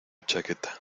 chaqueta